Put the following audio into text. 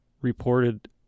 reported